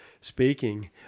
speaking